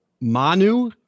Manu